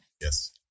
Yes